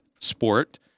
sport